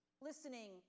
listening